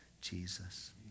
Jesus